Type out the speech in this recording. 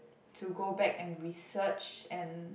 to go back and research and